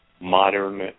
modern